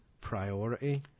priority